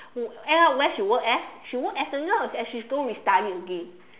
who end up where she work as she work as a nurse and she's still need to study again